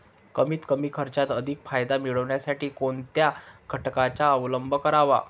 कमीत कमी खर्चात अधिक फायदा मिळविण्यासाठी कोणत्या घटकांचा अवलंब करावा?